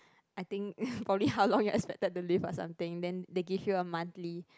I think probably how long you are expected to live or something then they give you a monthly